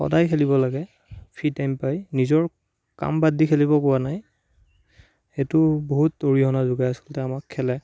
সদায় খেলিব লাগে ফ্ৰী টাইম পাই নিজৰ কাম বাদ দি খেলিব কোৱা নাই সেইটো বহুত অৰিহণা যোগায় আচলতে আমাক খেলায়ে